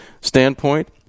standpoint